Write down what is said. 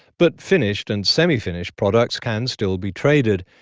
but finished and semi-finished products can still be traded.